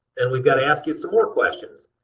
then we've got to ask you some more questions.